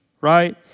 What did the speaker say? right